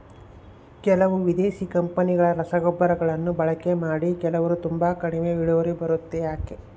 ಕೆಲವು ವಿದೇಶಿ ಕಂಪನಿಗಳ ರಸಗೊಬ್ಬರಗಳನ್ನು ಬಳಕೆ ಮಾಡಿ ಕೆಲವರು ತುಂಬಾ ಕಡಿಮೆ ಇಳುವರಿ ಬರುತ್ತೆ ಯಾಕೆ?